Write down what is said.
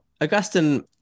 Augustine